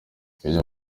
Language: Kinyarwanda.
kenya